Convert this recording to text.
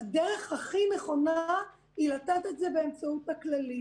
הדרך הכי נכונה היא לתת את זה דרך הכללית.